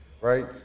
right